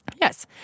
Yes